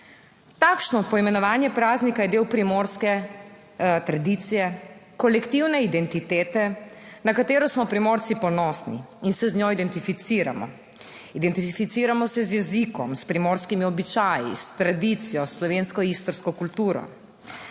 Takšno poimenovanje praznika je del primorske tradicije, kolektivne identitete, na katero smo Primorci ponosni in se z njo identificiramo. Identificiramo se z jezikom, s primorskimi običaji, s tradicijo, slovensko istrsko kulturo.